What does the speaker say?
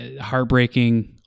heartbreaking